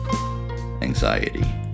Anxiety